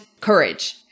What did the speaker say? courage